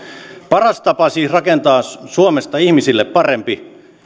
paras tapa rakentaa suomesta ihmisille parempi